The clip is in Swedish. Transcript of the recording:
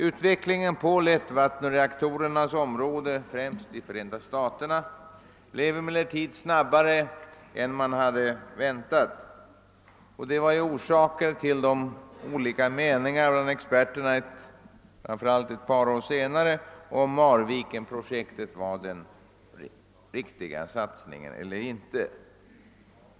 Utvecklingen på lättvattenreaktorernas område, främst i Förenta staterna, blev emellertid mycket snabbare än man hade väntat. Detta var orsaken till de olika meningarna bland experterna, framför allt ett par år senare, huruvida Marviken var den riktiga satsningen eller inte.